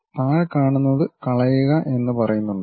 താഴെക്കാണുന്നത് കളയുക എന്ന് പറയുന്നുണ്ടോ